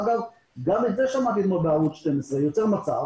אגב, גם את זה שמעתי אתמול בערוץ 12. נוצר מצב